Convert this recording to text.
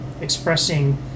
expressing